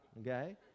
Okay